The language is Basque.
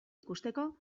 ikusteko